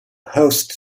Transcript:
hosts